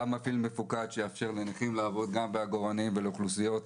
תא מפעיל מפוקד שיאפשר גם לנכים לעבוד בעגורנים ולאוכלוסיות